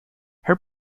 her